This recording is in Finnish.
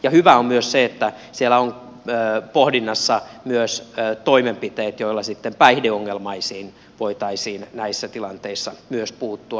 ja hyvää on myös se että siellä on pohdinnassa myös toimenpiteet joilla sitten päihdeongelmaisiin voitaisiin näissä tilanteissa myös puuttua